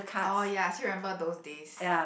oh ya still remember those days